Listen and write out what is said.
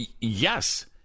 Yes